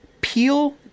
Peel